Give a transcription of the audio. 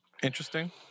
Interesting